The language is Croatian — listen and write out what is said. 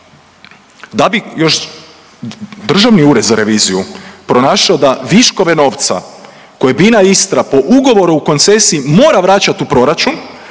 da bi još Državni ured za reviziju pronašao da viškove novca koje je Bina Istra po ugovoru o koncesiji mora vraćati u proračun